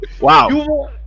Wow